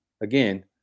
again